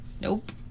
nope